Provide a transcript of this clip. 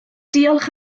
diolch